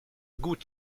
good